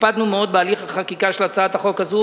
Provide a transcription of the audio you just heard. הקפדנו מאוד בהליך החקיקה של הצעת החוק הזאת,